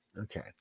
Okay